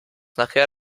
nachher